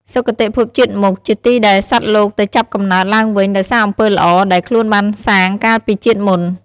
សុគតិភពជាតិមុខ ជាទីដែលសត្វលោកទៅចាប់កំណើតឡើងវិញដោយសារអំពើល្អ ដែលខ្លួនបានសាងកាលពីជាតិមុន។